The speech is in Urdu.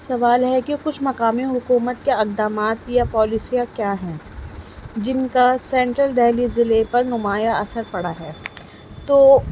سوال ہے کہ کچھ مقامی حکومت کے اقدامات یا پالیسیاں کیا ہیں جن کا سینٹرل دہلی ضلع پر نمایاں اثر پڑا ہے تو